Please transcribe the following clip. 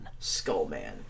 Skullman